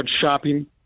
shopping